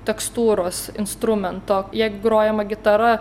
tekstūros instrumento jei grojama gitara